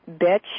bitch